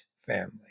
family